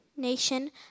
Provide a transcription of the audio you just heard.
Nation